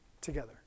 together